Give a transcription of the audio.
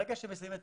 ברגע שהם מסיימים את